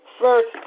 first